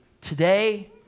Today